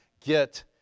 get